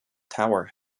tower